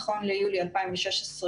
נכון ליולי 2016,